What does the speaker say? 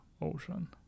ocean